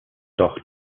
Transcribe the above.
doch